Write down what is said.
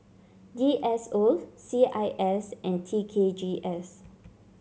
D S O C I S and T K G S